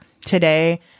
today